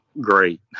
great